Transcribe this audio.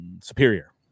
superior